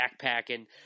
backpacking